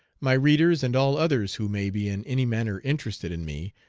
my readers, and all others who may be in any manner interested in me,